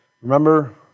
Remember